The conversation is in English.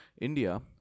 India